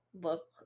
look